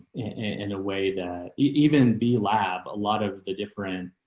in a way that even be lab. a lot of the different